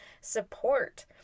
support